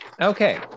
Okay